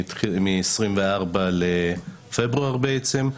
מ-24 בפברואר בעצם,